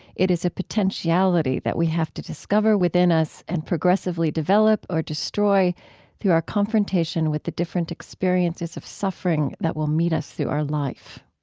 it is a potentiality that we have to discover within us and progressively develop or destroy through our confrontation with the different experiences of suffering that will meet us through our life.